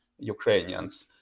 Ukrainians